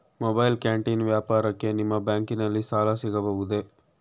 Mobile canteen ವ್ಯಾಪಾರಕ್ಕೆ ನಿಮ್ಮ ಬ್ಯಾಂಕಿನಲ್ಲಿ ಸಾಲ ಸಿಗಬಹುದೇ?